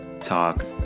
Talk